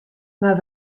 mar